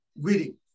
reading